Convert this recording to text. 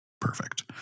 Perfect